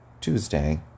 Tuesday